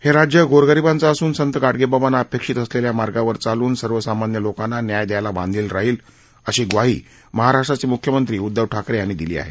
हे राज्य गोरगरिबांचं असून संत गाडगेबाबांना अपेक्षित असलेल्या मार्गावर चालून सर्वसामान्य लोकांना न्याय द्यायला बांधील राहील अशी म्वाही महाराष्ट्राचे मुख्यमंत्री उद्दव ठाकरे यांनी दिली आहे